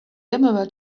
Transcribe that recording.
emerald